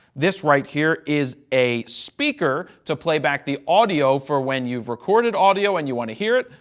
this right here is a speaker to play back the audio for when you've recorded audio and you want to hear it.